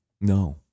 No